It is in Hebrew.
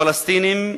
עם הפלסטינים,